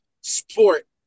sport